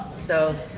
so,